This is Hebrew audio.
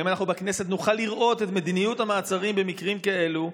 האם אנחנו בכנסת נוכל לראות את מדיניות המעצרים במקרים כאלו,